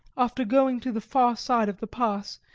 after going to the far side of the pass,